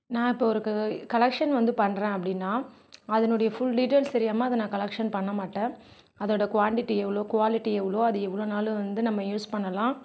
நான் இப்போ ஒரு கலெக்ஷன் வந்து பண்றேன் அப்படின்னா அதனுடைய ஃபுல் டீடெயில்ஸ் தெரியாமல் அதை நான் கலெக்ஷன் பண்ண மாட்டேன் அதோட குவான்டிட்டி எவ்வளோ குவாலிட்டி எவ்வளோ அது எவ்வளோ நாள் வந்து நம்ம யூஸ் பண்ணலாம்